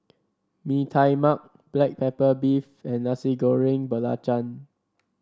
Mee Tai Mak Black Pepper Beef and Nasi Goreng Belacan